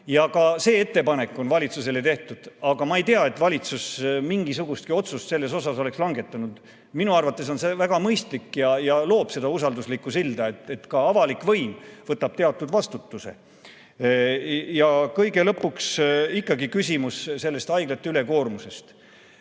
Ka see ettepanek on valitsusele tehtud, aga ma ei tea, et valitsus mingisugustki otsust selle kohta oleks langetanud. Minu arvates oleks see väga mõistlik ja looks usalduslikku silda, et ka avalik võim võtab teatud vastutuse. Ja kõige lõpuks ikkagi küsimus haiglate ülekoormusest.